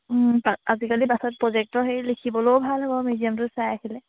আজিকালি বাছত প্ৰজেক্টৰ হেৰি লিখিবলৈও ভাল হ'ব মিউজিয়ামটো চাই আহিলে